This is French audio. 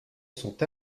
sont